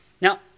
Now